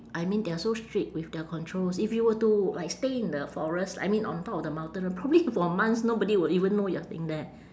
I mean they are so strict with their controls if you were to like stay in the forest I mean on top of the mountain probably for months nobody will even know you are staying there